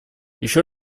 еще